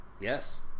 Yes